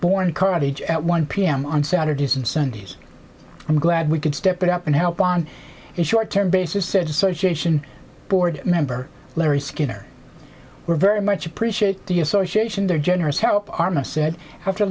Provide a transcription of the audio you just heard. in carthage at one p m on saturdays and sundays i'm glad we could step it up and help on its short term basis said association board member larry skinner we're very much appreciate the association their generous help arma said after